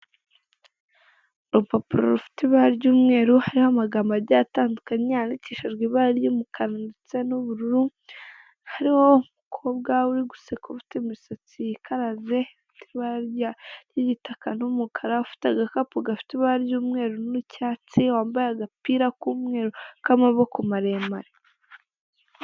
Urupapuro rufite ibara ry'umweru, hariho amagambo agiye atandukanye, yandikishijwe ibara ry'umukara ndetse n'ubururu, hariho umukobwa uri guseka ufite imisatsi yikaraze y'ibara ry'igitaka n'umukara, ufite agakapu gafite ibara ry'umweru n'icyatsi, wambaye agapira k'umweru k'amaboko maremare.